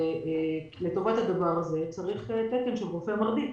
ולטובת זה צריך תקן של רופא מרדים.